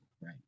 right